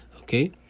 okay